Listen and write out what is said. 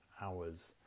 hours